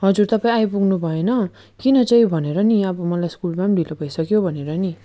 हजुर तपाईँ आइपुग्नु भएन किन चाहिँ भनेर नि अब मलाई स्कुलमा पनि ढिलो भइसक्यो भनेर नि